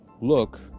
look